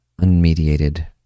unmediated